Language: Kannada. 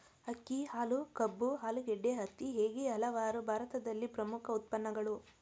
ಅಕ್ಕಿ, ಹಾಲು, ಕಬ್ಬು, ಆಲೂಗಡ್ಡೆ, ಹತ್ತಿ ಹೇಗೆ ಹಲವಾರು ಭಾರತದಲ್ಲಿ ಪ್ರಮುಖ ಉತ್ಪನ್ನಗಳು